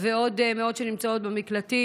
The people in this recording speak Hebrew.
אני אאפשר את זה.